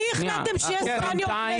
מי החלטתם שיהיה סגן יו"ר כנסת ראשון?